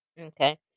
okay